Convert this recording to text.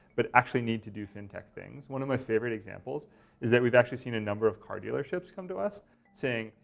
but actually need to do fintech things. one of my favorite examples is that we've actually seen a number of car dealerships come to us saying,